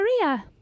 Maria